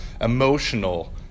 emotional